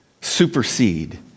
supersede